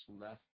left